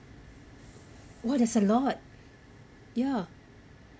what is a lot ya